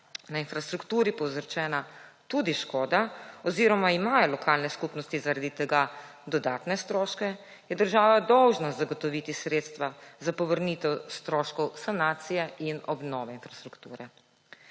na infrastrukturi povzročena tudi škoda oziroma imajo lokalne skupnosti zaradi tega dodatne stroške, je država dolžna zagotoviti sredstva za povrnitev stroškov sanacije in obnove infrastrukture.